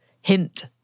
Hint